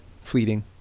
fleeting